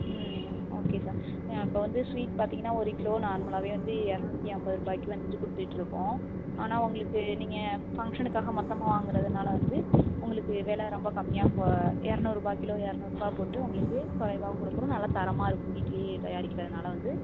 ம் okay sir இப்போது வந்து ஸ்வீட் பார்த்தீங்கன்னா ஒரு கிலோ நார்மலாகவே வந்து இரநூத்தி ஐம்பது ரூபாய்க்கி வந்துட்டு கொடுத்துட்டு இருக்கோம் ஆனால் உங்களுக்கு நீங்கள் ஃபங்க்ஷனுக்காக மொத்தமாக வாங்கிறதுனால வந்து உங்களுக்கு விலை ரொம்ப கம்மியாக போ இரநூறுபா கிலோ இரநூறுபா போட்டு உங்களுக்கு குறைவாவும் கொடுக்குறோம் நல்ல தரமாக இருக்கும் வீட்டிலேயே தயாரிக்கிறதுனால் வந்து